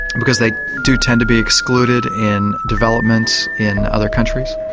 because they do tend to be excluded in developments in other countries.